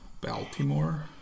Baltimore